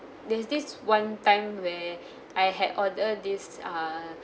there's this one time where I had order this err